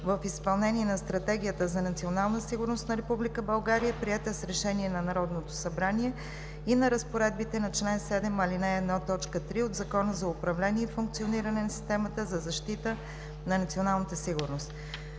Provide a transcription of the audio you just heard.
в изпълнение на Стратегията за национална сигурност на Република България, приета с Решение от Народното събрание и на разпоредбите на чл. 7, ал. 1, т. 3 от Закона за управление и функциониране на системата за защита на националната сигурност.